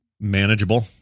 manageable